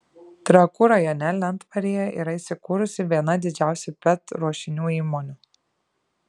trakų rajone lentvaryje yra įsikūrusi viena didžiausių pet ruošinių įmonių